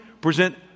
present